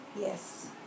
Yes